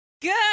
Good